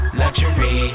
luxury